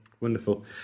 Wonderful